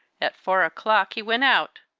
at four o'clock he went out,